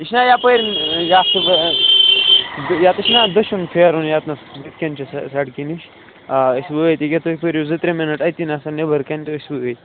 یہِ چھِنا یَپٲرۍ یَتھ سُہ یَتَس چھِنہ دٔچھُن پھیرُن یَتنَس بٕتھِ کَنۍ چھِ سٔہ سَڑکہِ نِش آ أسۍ وٲتۍ ییٚکیٛاہ تُہۍ پیٛٲرِو زٕ ترٛےٚ مِنٹ أتی نَس نٮ۪بٕر کَنۍ تہٕ أسۍ وٲتۍ